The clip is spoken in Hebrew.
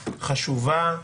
חשובה,